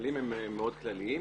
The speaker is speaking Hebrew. הכללים הם מאוד כלליים,